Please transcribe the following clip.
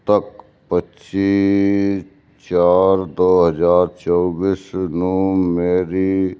ਤੱਕ ਪੱਚੀ ਚਾਰ ਦੋ ਹਜ਼ਾਰ ਚੋਵੀ ਨੂੰ ਮੇਰੀ